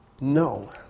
No